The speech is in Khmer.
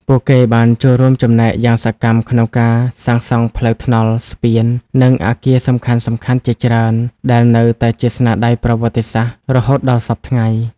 ពួកគេបានចូលរួមចំណែកយ៉ាងសកម្មក្នុងការសាងសង់ផ្លូវថ្នល់ ស្ពាន និងអគារសំខាន់ៗជាច្រើន ដែលនៅតែជាស្នាដៃប្រវត្តិសាស្ត្ររហូតដល់សព្វថ្ងៃ។